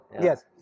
yes